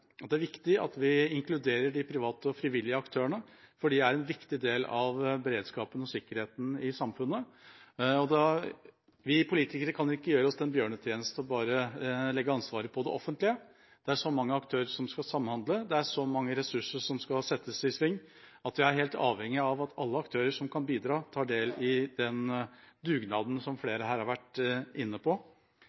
inkluderer de private og frivillige aktørene, for de er en viktig del av beredskapen og sikkerheten i samfunnet. Vi politikere kan ikke gjøre oss selv den bjørnetjeneste og bare legge ansvaret på det offentlige. Det er så mange aktører som skal samhandle, og det er så mange ressurser som skal settes i sving, at vi er helt avhengig av at alle aktører som kan bidra, tar del i den dugnaden, som flere her har vært inne på.